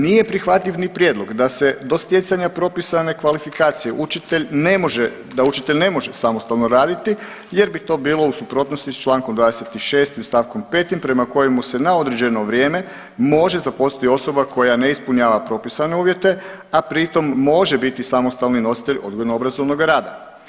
Nije prihvatljiv ni prijedlog da se do stjecanja propisane kvalifikacije učitelj ne može, da učitelj ne može samostalno raditi jer bi to bilo u suprotnosti s čl. 26. st. 5. prema kojemu se na određeno vrijeme može zaposliti osoba koja ne ispunjava propisane uvjete, a pri tom može biti samostalni nositelj odgojno obrazovnoga rada.